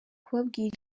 kubabwira